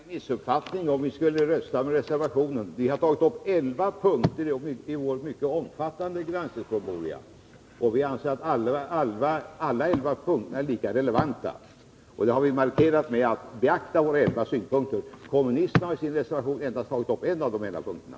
Herr talman! Det skulle innebära en missuppfattning om vi skulle rösta på reservationen. Vi har tagit upp elva punkter i vår mycket omfattande granskningspromemoria, och vi anser att alla elva punkterna är lika relevanta. Det har vi markerat genom att i utskottsskrivningen beakta våra elva synpunkter. Kommunisterna har i sin reservation endast tagit upp en av de elva punkterna.